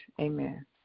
Amen